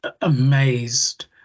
amazed